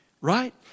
Right